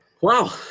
Wow